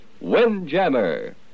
Windjammer